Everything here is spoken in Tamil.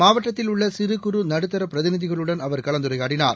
மாவட்டத்தில் உள்ளசிறு குறு நடுத்தரபிரதிநிதிகளுடனும் அவர் கலந்துரையாடினார்